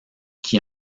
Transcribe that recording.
qui